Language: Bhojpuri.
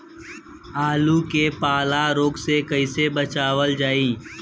आलू के पाला रोग से कईसे बचावल जाई?